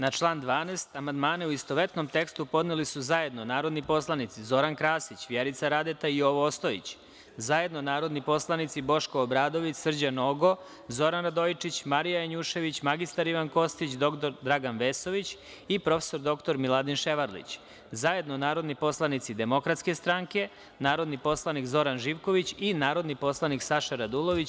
Na član 12. amandmane, u istovetnom tekstu, podneli su zajedno narodni poslanici Zoran Krasić, Vjerica Radeta i Jovo Ostojić, zajedno narodni poslanici Boško Obradović, Srđan Nogo, Zoran Radojičić, Marija Janjušević, mr Ivan Kostić, dr Dragan Vesović i prof. dr Miladin Ševarlić, zajedno narodni poslanici Demokratske strane, narodni poslanik Zoran Živković i narodni poslanik Saša Radulović.